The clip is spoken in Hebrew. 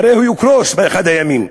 הרי הוא יקרוס באחד הימים.